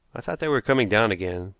i thought they were coming down again,